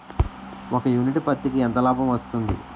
ఒక యూనిట్ పత్తికి ఎంత లాభం వస్తుంది?